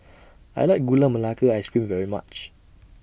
I like Gula Melaka Ice Cream very much